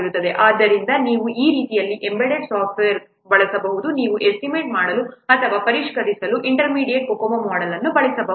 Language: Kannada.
ಆದ್ದರಿಂದ ನೀವು ಈ ರೀತಿಯಲ್ಲಿ ಎಂಬೆಡೆಡ್ ಸಾಫ್ಟ್ವೇರ್ ಬಳಸಬಹುದು ನೀವು ಎಸ್ಟಿಮೇಟ್ ಮಾಡಲು ಅಥವಾ ಪರಿಷ್ಕರಿಸಲು ಇಂಟರ್ಮೀಡಿಯೇಟ್ COCOMO ಮೊಡೆಲ್ ಅನ್ನು ಬಳಸಬಹುದು